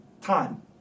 time